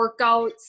workouts